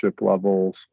levels